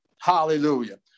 Hallelujah